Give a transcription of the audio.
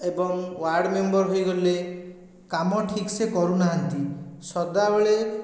ଏବଂ ward member ହୋଇଗଲେ କାମ ଠିକ୍ସେ କରୁନାହାଁନ୍ତି ସଦାବେଳେ